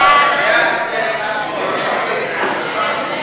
המלצת ועדת הפנים והגנת